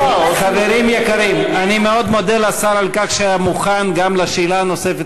אדוני, אפשר שאלה נוספת?